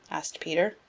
asked peter.